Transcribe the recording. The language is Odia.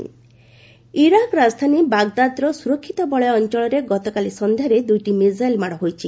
ଇରାକ ମିଶାଇଲ୍ ଇରାକ ରାଜଧାନୀ ବାଗଦାଦର ସୁରକ୍ଷିତ ବଳୟ ଅଞ୍ଚଳରେ ଗତକାଲି ସନ୍ଧ୍ୟାରେ ଦୁଇଟି ମିଜାଇଲ୍ ମାଡ଼ ହୋଇଛି